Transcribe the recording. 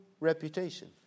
reputation